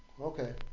Okay